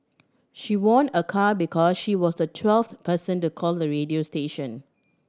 she won a car because she was the twelfth person to call the radio station